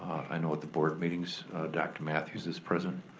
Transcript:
i know at the board meetings dr. matthews is present,